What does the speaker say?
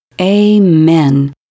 Amen